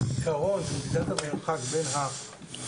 שזה קרוב שזה מדידת המרחק בין המפוקח